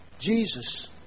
Jesus